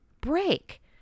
break